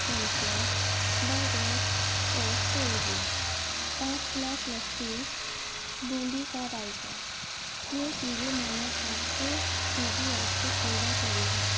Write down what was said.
pizza burger اور cold drink پانچ glass lassi boondi کا رائتہ یہ چیزیں میں نے آپ کے سوئیگی ایپ سے آرڈر کری ہیں